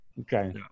Okay